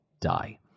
die